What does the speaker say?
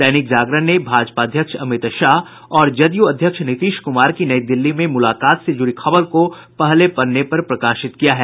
दैनिक जागरण ने भाजपा अध्यक्ष अमित शाह और जदयू अध्यक्ष नीतीश कुमार की नई दिल्ली में मुलाकात से जुड़ी खबर को पहले पन्ने पर प्रकाशित किया है